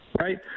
right